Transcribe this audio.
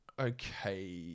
Okay